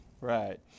Right